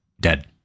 dead